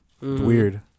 Weird